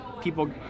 people